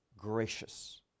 Gracious